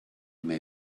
may